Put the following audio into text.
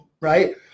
right